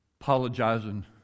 apologizing